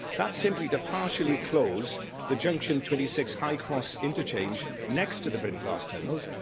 that's simply to partially close the junction twenty six high cross interchange next to the brynglas tunnels.